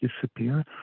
disappear